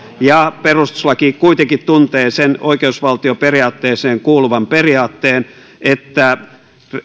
perustuslaki kuitenkin tuntee sen oikeusvaltioperiaatteeseen kuuluvan periaatteen että